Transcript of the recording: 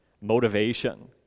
motivation